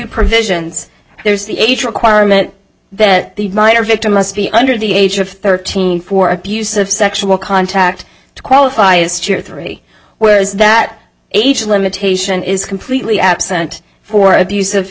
provisions there's the age requirement that the minor victim must be under the age of thirteen for abuse of sexual contact to qualify as chair three whereas that age limitation is completely absent for abus